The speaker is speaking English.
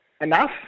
enough